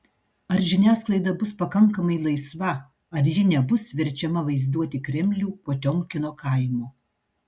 ar žiniasklaida bus pakankamai laisva ar ji nebus verčiama vaizduoti kremlių potiomkino kaimu